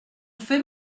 fait